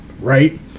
right